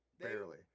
Barely